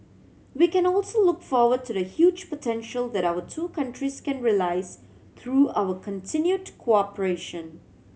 we can also look forward to the huge potential that our two countries can realise through our continued cooperation